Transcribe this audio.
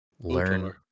Learn